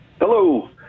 hello